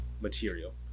material